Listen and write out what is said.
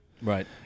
Right